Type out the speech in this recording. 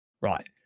right